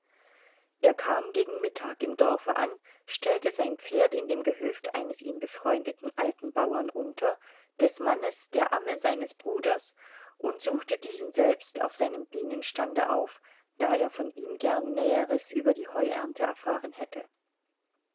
er kam gegen mittag im dorfe an stellte sein pferd in dem gehöft eines ihm befreundeten alten bauern unter des mannes der amme seines bruders und suchte diesen selbst auf seinem bienenstande auf da er von ihm gern näheres über die heuernte erfahren hätte